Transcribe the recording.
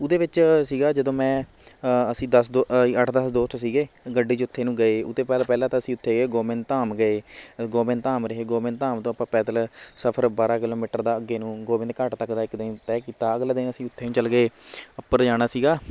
ਉਹਦੇ ਵਿੱਚ ਸੀਗਾ ਜਦੋਂ ਮੈਂ ਅਸੀਂ ਦਸ ਦੋ ਅੱਠ ਦਸ ਦੋਸਤ ਸੀਗੇ ਗੱਡੀ 'ਚ ਉੱਥੇ ਨੂੰ ਗਏ ਉਹ ਤੋਂ ਪਹਿਲ ਪਹਿਲਾਂ ਤਾਂ ਅਸੀਂ ਉੱਥੇ ਗੋਬਿੰਦ ਧਾਮ ਗਏ ਗੋਬਿੰਦ ਧਾਮ ਰਹੇ ਗੋਬਿੰਦ ਧਾਮ ਤੋਂ ਆਪਾਂ ਪੈਦਲ ਸਫ਼ਰ ਬਾਰ੍ਹਾਂ ਕਿਲੋਮੀਟਰ ਦਾ ਅੱਗੇ ਨੂੰ ਗੋਬਿੰਦ ਘਾਟ ਤੱਕ ਦਾ ਇੱਕ ਦਿਨ ਤੈਅ ਕੀਤਾ ਅਗਲੇ ਦਿਨ ਅਸੀਂ ਉੱਥੇ ਨੂੰ ਚਲੇ ਗਏ ਉੱਪਰ ਜਾਣਾ ਸੀਗਾ